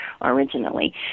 originally